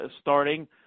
starting